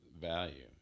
value